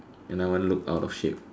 and I won't look out of shape